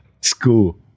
school